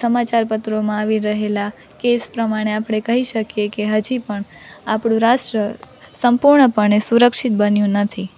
સમાચાર પત્રોમાં આવી રહેલા કેસ પ્રમાણે આપણે કહી શકીએ કે હજી પણ આપણું રાષ્ટ્ર સંપૂર્ણપણે સુરક્ષિત બન્યું નથી